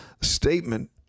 statement